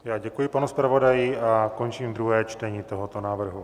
Já děkuji panu zpravodaji a končím druhé čtení tohoto návrhu.